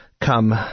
come